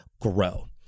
grow